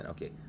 Okay